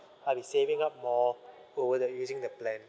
I'll be saving up more over the using the plan